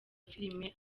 filime